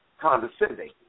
condescending